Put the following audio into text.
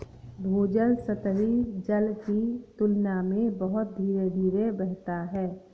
भूजल सतही जल की तुलना में बहुत धीरे धीरे बहता है